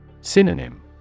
Synonym